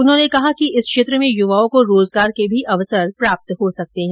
उन्होंने कहा कि इस क्षेत्र में युवाओं को रोजगार के भी अवसर प्राप्त हो सकते है